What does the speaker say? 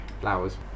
Flowers